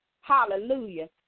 Hallelujah